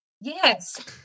Yes